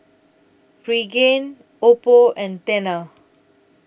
Pregain Oppo and Tena